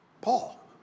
Paul